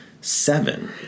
seven